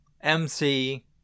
MC